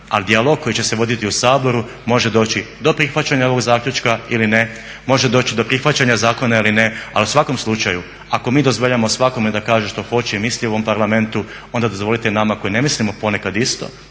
dijalog koji će se voditi u Saboru može doći do prihvaćanja ovog zaključka ili ne, može doći do prihvaćanja zakona ili ne, ali u svakom slučaju ako mi dozvoljavamo svakome da kaže što hoće i misli u ovom Parlamentu onda dozvolite nama koji ne mislimo ponekad isto,